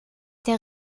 der